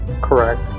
Correct